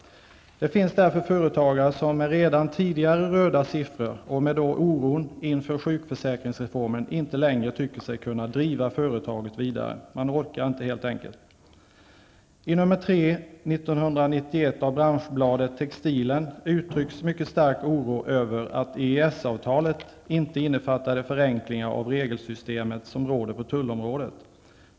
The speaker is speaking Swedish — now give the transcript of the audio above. Det finns därför företagare som med redan tidigare röda siffror och med sin oro inför sjukförsäkringsreformen inte längre tycker sig kunna driva företaget vidare. Man orkar inte helt enkelt. I nr 3/1991 av branschbladet Textilen uttrycks mycket stark oro över att EES-avtalet inte innefattade förenklingar av det regelsystem som råder inom tullområdet.